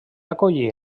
acollí